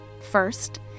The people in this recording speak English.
First